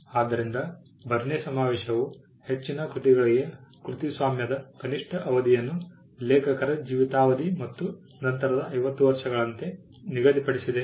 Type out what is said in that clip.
ಆದ್ದರಿಂದ ಬರ್ನ್ ಸಮಾವೇಶವು ಹೆಚ್ಚಿನ ಕೃತಿಗಳಿಗೆ ಕೃತಿಸ್ವಾಮ್ಯದ ಕನಿಷ್ಠ ಅವಧಿಯನ್ನು ಲೇಖಕರ ಜೀವಿತಾವಧಿ ಮತ್ತು ನಂತರದ 50 ವರ್ಷಗಳಂತೆ ನಿಗದಿಪಡಿಸಿದೆ